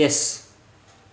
yes